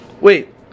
Wait